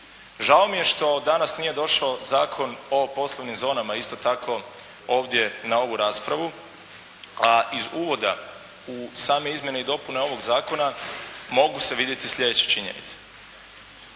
Žao mi je što danas nije došao zakon o poslovnim zonama, isto tako ovdje na ovu raspravu, a iz uvoda u same izmjene i dopune ovog zakona mogu se vidjeti sljedeće činjenice.